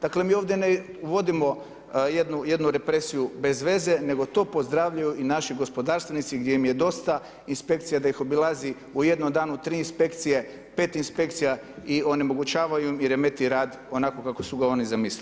Dakle, mi ovdje ne uvodimo jednu represiju bez veze, nego to pozdravljaju i naši gospodarstvenici gdje im je dosta inspekcija da ih obilazi u jednom danu tri inspekcije, 5 inspekcija i onemogućavaju im i remete rad onako kako su ga oni zamislili.